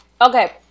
Okay